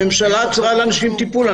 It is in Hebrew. הממשלה עצרה לאנשים טיפול.